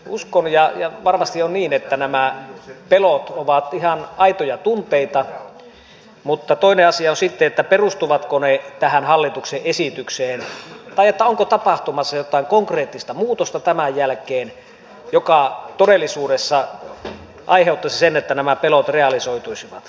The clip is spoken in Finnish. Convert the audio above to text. uskon ja varmasti on niin että nämä pelot ovat ihan aitoja tunteita mutta toinen asia on sitten perustuvatko ne tähän hallituksen esitykseen tai onko tapahtumassa jotain konkreettista muutosta tämän jälkeen mikä todellisuudessa aiheuttaisi sen että nämä pelot realisoituisivat